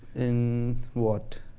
in what?